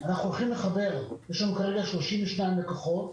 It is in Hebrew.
לנו 32 לקוחות,